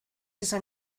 esan